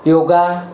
yoga